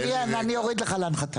אני ארים לך להנחתה.